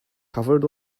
covered